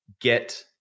get